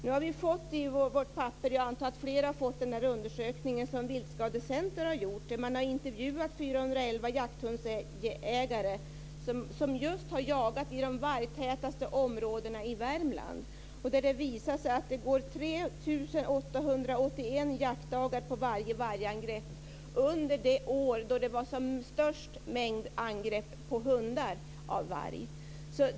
Vi har fått och jag antar att flera har fått den undersökning som Viltskadecenter har gjort. Man har intervjuat 411 jakthundägare som har jagat just i de vargtätaste områdena i Värmland. Där visar det sig att det går 3 881 jaktdagar på varje vargangrepp under det år mängden angrepp av varg på hundar var som störst.